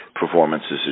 performances